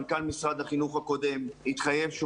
מנכ"ל משרד החינוך הקודם התחייב שהוא